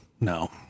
no